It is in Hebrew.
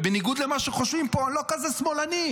ובניגוד למה שחושבים פה, אני לא כזה שמאלני.